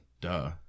Duh